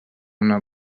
una